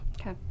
Okay